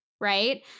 right